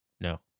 No